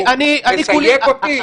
אני כולי --- אתה מתייג אותי?